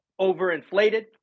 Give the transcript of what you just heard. overinflated